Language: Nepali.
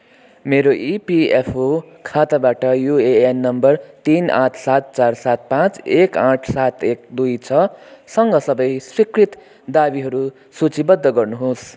मेरो इपिएफओ खाताबाट युएएन नम्बर तिन आठ सात चार सात पाँच एक आठ सात एक दुई छसँग सबै स्वीकृत दावीहरू सूचीबद्ध गर्नुहोस्